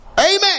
Amen